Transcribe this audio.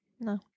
no